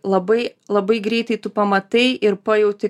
labai labai greitai tu pamatai ir pajauti